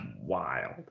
wild